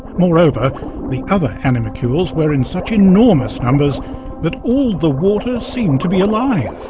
moreover the other animalcules were in such enormous numbers that all the water seemed to be alive.